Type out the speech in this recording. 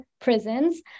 prisons